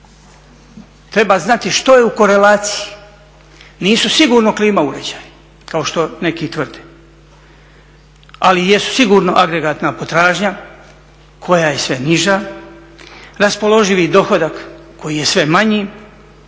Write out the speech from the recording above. treba znati što je u korelaciji nisu sigurno klima uređaji kao što neki tvrde, ali jesu sigurno agregatna potražnja koja je sve niža, raspoloživi dohodak koji je sve manji